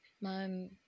man